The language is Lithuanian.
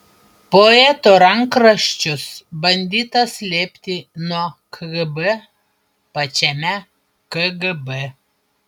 poeto rankraščius bandyta slėpti nuo kgb pačiame kgb